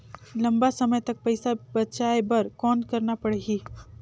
लंबा समय तक पइसा बचाये बर कौन करना पड़ही?